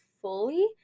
fully